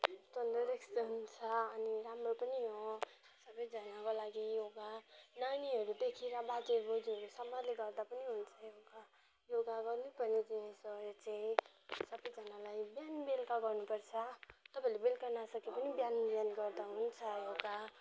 तन्दुरुस्त हुन्छ अनि राम्रो पनि हो सबैजनाको लागि योगा नानीहरूदेखि र बाजे बोज्यूहरूसम्मले गर्दा पनि हुन्छ योगा योगा गर्नै पर्ने जिनिस हो यो चाहिँ सबैजनालाई बिहान बेलुका गर्नु पर्छ तपाईँहरूले बेलुका नसके पनि बिहान बिहान गर्दा हुन्छ योगा